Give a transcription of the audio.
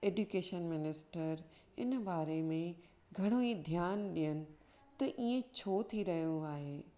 education minister हिन बारे मे घणोइ ध्यानु डियनि त ईं छो थिरयो आहे